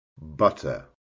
butter